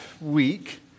week